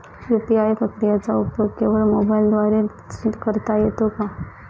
UPI प्रक्रियेचा उपयोग केवळ मोबाईलद्वारे च करता येतो का?